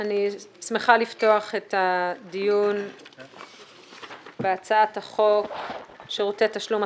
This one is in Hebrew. אני שמחה לפתוח את הדיון בהצעת החוק שירותי תשלום,